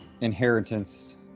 inheritance